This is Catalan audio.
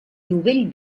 novell